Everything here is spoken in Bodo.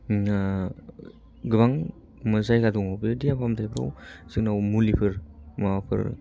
गोबां जायगा दङ बे देहा फाहामथायफ्राव जोंनाव मुलिफोर माबाफोर